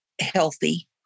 healthy